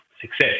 success